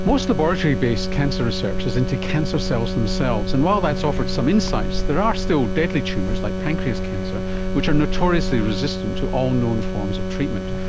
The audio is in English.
most laboratory-based cancer research is into cancer cells themselves, and while that has so offered some insights, there are still deadly tumours like pancreatic cancer which are notoriously resistant to all known forms of treatment,